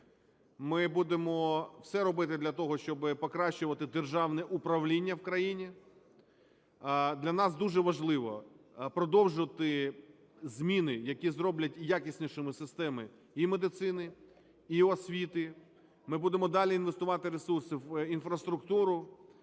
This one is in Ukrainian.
Ми будемо все робити для того, щоби покращувати державне управління в країні. Для нас дуже важливо продовжити зміни, які зроблять якіснішими системи і медицини, і освіти. Ми будемо далі інвестувати ресурси в інфраструктуру,